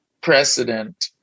precedent